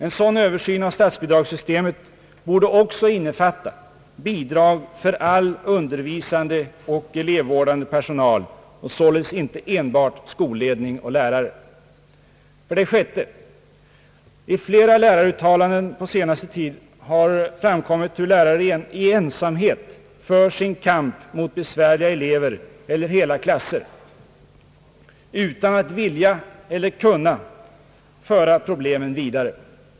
En sådan översyn av statsbidragssystemet borde också innefatta bidrag för all undervisande och elevvårdande personal, således inte enbart skolledning och lärare. 6) I flera läraruttalanden på senaste tiden har framkommit hur lärare i ensamhet för sin kamp mot besvärliga elever eller hela klasser utan att vilja eller kunna föra problemen vidare.